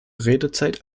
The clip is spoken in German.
redezeit